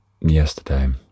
yesterday